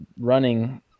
running